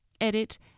edit